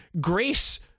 grace